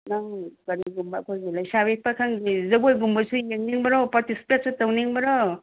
ꯅꯪ ꯀꯔꯤꯒꯨꯝꯕ ꯑꯩꯈꯣꯏꯒꯤ ꯂꯩꯁꯥꯕꯤ ꯄꯥꯈꯪꯒꯤ ꯖꯒꯣꯏꯒꯨꯝꯕꯁꯨ ꯌꯦꯡꯅꯤꯡꯕꯔꯣ ꯄꯥꯔꯇꯤꯁꯤꯄꯦꯠꯁꯨ ꯇꯧꯅꯤꯡꯕꯔꯣ